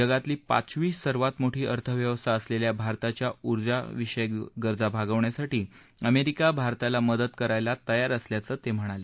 जगातली पाचवी सर्वात मोठी अर्थव्यवस्था असलेल्या भारताच्या ऊर्जा विषयक गरजा भागवण्यासाठी अमेरिका भारताला मदत करायला तयार असाल्याचं ते म्हणाले